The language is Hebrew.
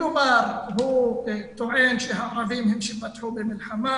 כלומר הוא טוען שהערבים הם שפתחו במלחמה,